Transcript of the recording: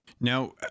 now